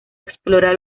explora